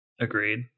Agreed